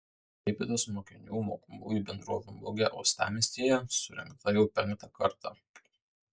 klaipėdos mokinių mokomųjų bendrovių mugė uostamiestyje surengta jau penktą kartą